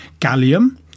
gallium